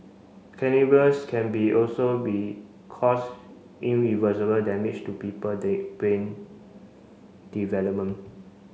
can be also be cause irreversible damage to people their brain development